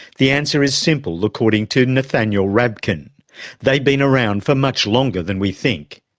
the answer is simple according to nathaniel rabkin they've been around for much longer than we think.